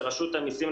ורשות המסים,